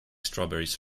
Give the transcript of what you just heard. strawberries